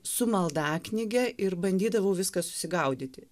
su maldaknyge ir bandydavau viską susigaudyti